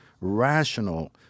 rational